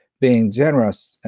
being generous